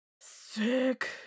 sick